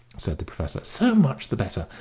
said the professor so much the better.